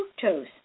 fructose